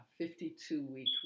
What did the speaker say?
52-week